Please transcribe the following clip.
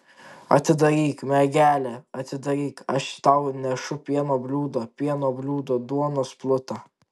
atidaryk mergele atidaryk aš tau nešu pieno bliūdą pieno bliūdą duonos plutą